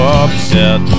upset